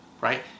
right